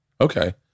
okay